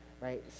right